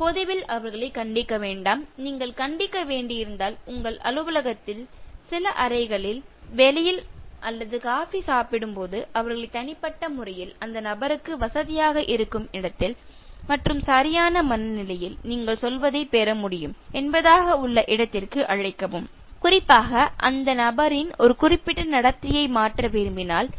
பொதுவில் அவர்களை கண்டிக்க வேண்டாம் நீங்கள் கண்டிக்க வேண்டியிருந்தால் உங்கள் அலுவலகத்தில் சில அறைகளில் வெளியில் காபி சாப்பிடும்போது அவர்களை தனிப்பட்ட முறையில் அந்த நபருக்கு வசதியாக இருக்கும் இடத்தில் மற்றும் சரியான மனநிலையில் நீங்கள் சொல்வதை பெற முடியும் என்பதாக உள்ள இடத்திற்கு அழைக்கவும் குறிப்பாக அந்த நபரின் ஒரு குறிப்பிட்ட நடத்தையை மாற்ற விரும்பினால்